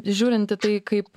žiūrint į tai kaip